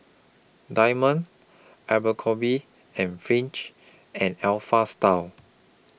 Diamond Abercrombie and Fitch and Alpha Style